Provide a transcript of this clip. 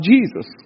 Jesus